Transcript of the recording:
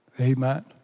Amen